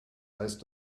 heißt